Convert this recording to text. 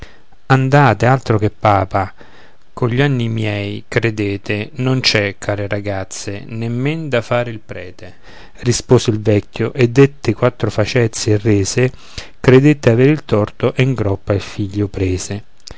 andate altro che papa cogli anni miei credete non c'è care ragazze nemmen da fare il prete rispose il vecchio e dette quattro facezie e rese credette avere il torto e in groppa il figlio prese